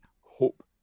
hope